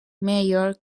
major